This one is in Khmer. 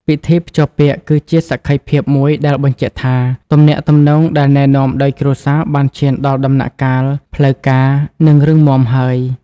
ពិធីភ្ជាប់ពាក្យគឺជាសក្ខីភាពមួយដែលបញ្ជាក់ថា ទំនាក់ទំនងដែលណែនាំដោយគ្រួសារបានឈានដល់ដំណាក់កាលផ្លូវការ និងរឹងមាំហើយ។